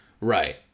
Right